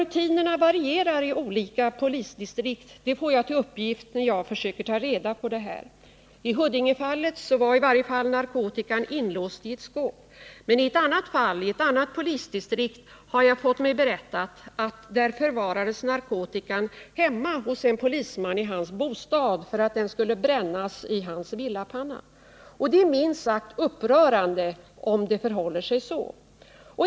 Rutinerna varierar i olika polisdistrikt, får jag till uppgift när jag försöker ta reda på hur detta kunnat ske. I Huddingefallet var i varje fall narkotikan inlåst iett skåp. Men i ett annat fall, i ett annat polisdistrikt, har jag fått mig berättat att narkotikan förvarades hemma hos en polisman, för att den skulle brännas i hans villapanna. Det är minst sagt upprörande om det förhåller sig så.